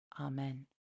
Amen